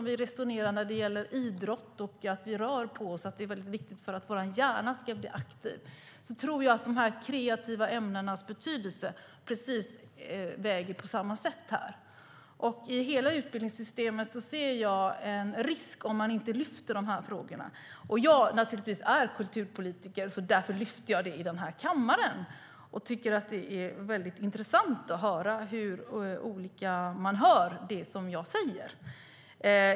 Vi resonerar ju så att idrott och att röra på sig är viktigt för att vår hjärna ska bli aktiv, och jag tror att de kreativa ämnena väger lika tungt. Jag ser en risk för utbildningssystemet om man inte lyfter upp dessa frågor. Jag är kulturpolitiker och lyfter därför givetvis upp dem i här kammaren, och det är intressant att höra hur olika man hör det jag säger.